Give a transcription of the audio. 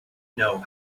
know